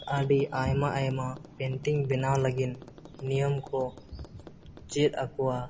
ᱟᱹᱰᱤ ᱟᱭᱢᱟ ᱟᱭᱢᱟ ᱯᱮᱱᱴᱤᱝ ᱵᱮᱱᱟᱣ ᱞᱟᱹᱜᱤᱫ ᱱᱤᱭᱚᱢ ᱠᱚ ᱪᱮᱫ ᱟᱠᱚᱣᱟ